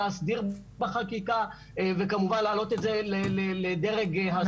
להסדיר בחקיקה וכמובן להעלות את זה לדרג השרים.